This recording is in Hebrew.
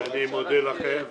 אוקיי, אני מודה לכם.